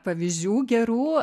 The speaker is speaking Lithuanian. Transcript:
pavyzdžių gerų